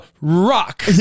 rock